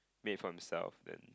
pay for himself then